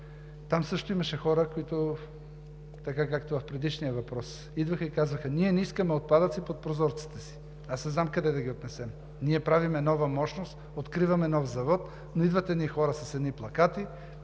Там също имаше хора, които – както в предишния въпрос – идваха и казваха: „Ние не искаме отпадъци под прозорците си.“ Аз не знам къде да ги отнесем. Правим нова мощност, откриваме нов завод, но идват едни хора с едни плакати